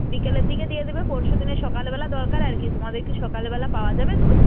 বিকেলের দিকে দিয়ে দেবে পরশু দিনে সকালবেলা দরকার আর কি তোমাদের কি সকালবেলা পাওয়া যাবে দুধ